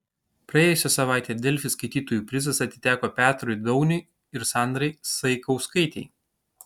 praėjusią savaitę delfi skaitytojų prizas atiteko petrui dauniui ir sandrai saikauskaitei